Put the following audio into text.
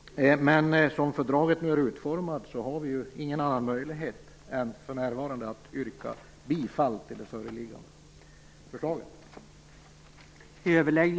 Men som fördraget nu är utformat har vi för närvarande ingen annan möjlighet än att yrka bifall till det föreliggande förslaget.